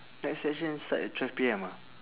next session start at twelve P_M ah